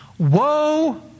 Woe